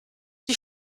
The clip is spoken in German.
die